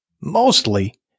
mostly